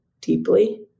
deeply